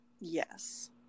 Yes